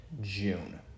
june